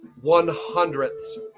one-hundredths